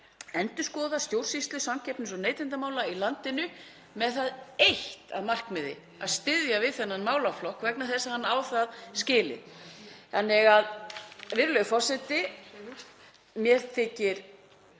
endurskoða stjórnsýslu samkeppnis- og neytendamála í landinu með það eitt að markmiði að styðja við þennan málaflokk vegna þess að hann á það skilið. Virðulegur forseti. Mér þykir